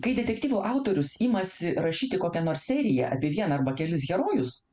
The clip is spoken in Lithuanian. kai detektyvų autorius imasi rašyti kokią nors serija apie vieną arba kelis herojus